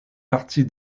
partie